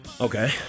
Okay